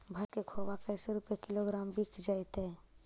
भैस के खोबा कैसे रूपये किलोग्राम बिक जइतै?